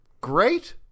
great